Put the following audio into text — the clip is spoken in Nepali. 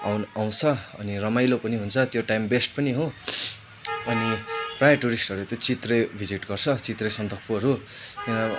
आउनु आउँछ अनि रमाइलो पनि हुन्छ त्यो टाइम बेस्ट पनि हो अनि प्रायः टुरिस्टहरू चाहिँ चित्रे भिजिट गर्छ चित्रे सन्दकपुरहरू